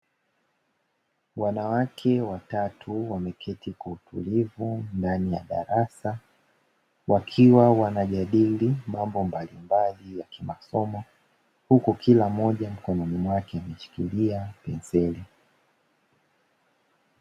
Wanawake watatu wameketi kwa utulivu ndani ya darasa wakiwa wanajadili mambo mbalimbali ya kimasomo, huku kila mmoja mkononi mwake ameshikilia penseli.